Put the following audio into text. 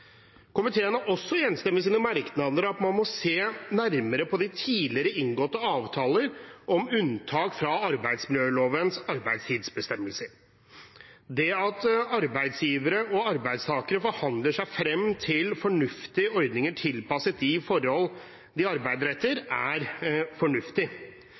Komiteen er også enstemmig i sine merknader om at man må se nærmere på de tidligere inngåtte avtalene om unntak fra arbeidsmiljølovens arbeidstidsbestemmelser. Det at arbeidsgivere og arbeidstakere forhandler seg frem til fornuftige ordninger tilpasset de forholdene de arbeider under, er fornuftig.